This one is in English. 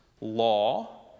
law